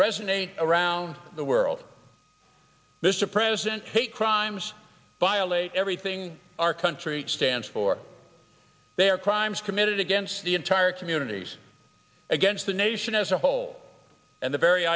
resonate around the world mr president hate crimes violate everything our country stands for their crimes committed against the entire communities against the nation as a whole and the very